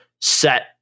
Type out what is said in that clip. set